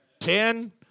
ten